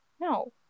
No